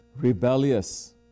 rebellious